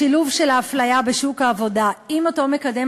השילוב של האפליה בשוק העבודה עם אותו מקדם